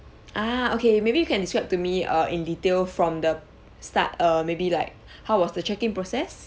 ah okay maybe you can describe to me err in detail from the start err maybe like how was the check in process